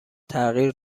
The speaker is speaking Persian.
تغییر